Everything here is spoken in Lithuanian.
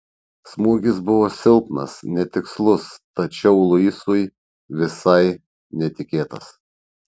smūgis buvo silpnas netikslus tačiau luisui visai netikėtas